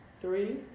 three